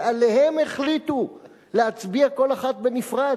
ועליהן החליטו להצביע כל אחת בנפרד.